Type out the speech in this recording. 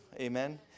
amen